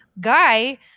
guy